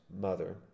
mother